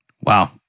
Wow